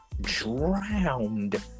drowned